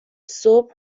صبح